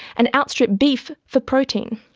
and outstrip beef for protein.